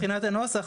מבחינת הנוסח